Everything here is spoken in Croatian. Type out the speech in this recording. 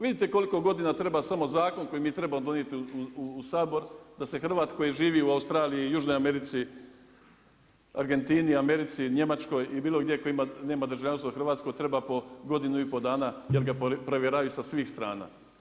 Vidite koliko godina treba samo zakon koji mi trebamo donijeti u Sabor da se Hrvat koji živi u Australiji i južnoj Americi, Argentini, Americi, Njemačkoj i bilo gdje koji nema državljanstvo hrvatsko treba po godinu i pol dana jer ga provjeravaju sa svih strana.